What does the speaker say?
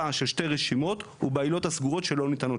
של שתי רשימות הוא בעילות הסגורות שלא ניתנות